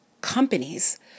companies